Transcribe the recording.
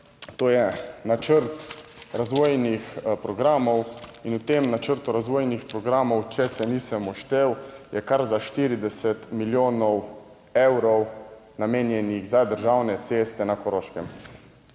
(nadaljevanje) in v tem načrtu razvojnih programov, če se nisem uštel, je kar za 40 milijonov evrov namenjenih za državne ceste na Koroškem.